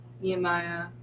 Nehemiah